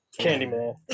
Candyman